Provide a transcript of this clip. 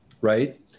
right